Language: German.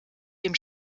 dem